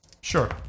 Sure